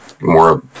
more